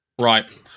Right